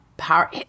Power